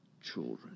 children